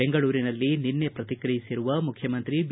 ಬೆಂಗಳೂರಿನಲ್ಲಿ ನಿನ್ನೆ ಶ್ರತಿಕ್ರಿಯಿಸಿರುವ ಮುಖ್ಯಮಂತ್ರಿ ಬಿ